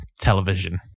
television